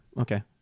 Okay